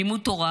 לימוד תורה